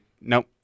Nope